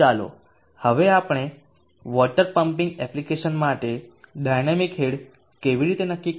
ચાલો હવે આપણે વોટર પમ્પિંગ એપ્લિકેશન માટે ડાયનામિક હેડ કેવી રીતે નક્કી કરવું તે અંગે ચર્ચા કરીએ